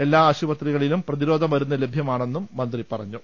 എല്ലാ ആശുപത്രികളിലും പ്രതിരോധ മരുന്ന് ലഭ്യമാണെന്നും മന്ത്രി പറ ഞ്ഞു